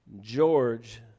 George